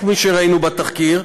כפי שראינו בתחקיר,